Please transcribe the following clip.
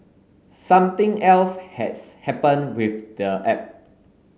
something else has happened with the app